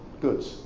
goods